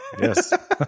Yes